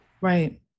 Right